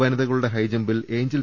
വനിതകളുടെ ഹൈജംപിൽ എയ്ഞ്ചൽ